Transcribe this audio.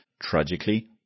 tragically